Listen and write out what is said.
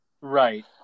Right